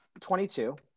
22